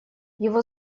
его